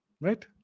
Right